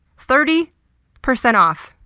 thirty percent off!